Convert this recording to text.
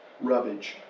rubbish